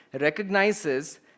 recognizes